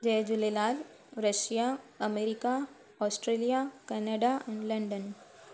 Jay Jhulelal Russia America Australia Canada London